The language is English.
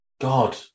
God